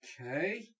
Okay